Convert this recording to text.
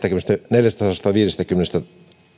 neljästäsadastaviidestäkymmenestä